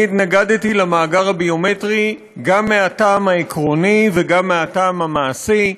אני התנגדתי למאגר הביומטרי גם מהטעם העקרוני וגם מהטעם המעשי,